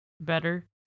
better